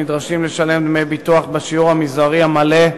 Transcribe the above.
שנדרשים לשלם דמי ביטוח בשיעור המזערי המלא,